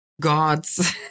gods